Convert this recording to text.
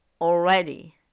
already